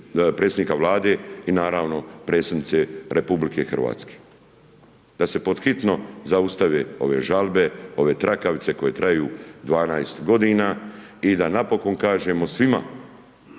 predsjednika Vlade i naravno predsjednice RH, da se pod hitno zaustave ove žalbe, ove trakavice koje traju 12 g. i da napokon kažemo svima